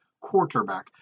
quarterback